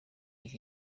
iki